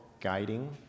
guiding